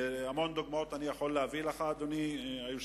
אני יכול להביא לך הרבה דוגמאות, אדוני היושב-ראש